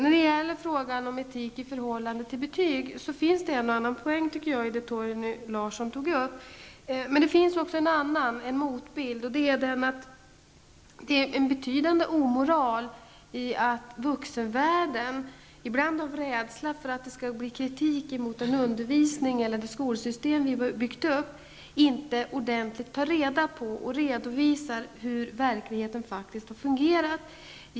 När det gäller frågan om etik i förhållande till betyg finns det en och annan poäng i det som Torgny Larsson tog upp. Det finns emellertid en annan bild. Det ligger en betydande omoral i att vuxenvärlden, ibland av rädsla för att den undervisning och det skolsystem som vi har byggt upp skall kritiseras, inte ordentligt tar reda på och redovisar hur verkligheten har fungerat.